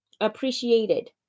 appreciated